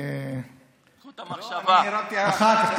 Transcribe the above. אחר כך,